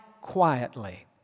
quietly